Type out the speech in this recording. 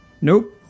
Nope